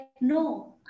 no